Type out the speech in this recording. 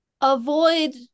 Avoid